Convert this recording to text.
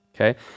Okay